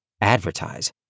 Advertise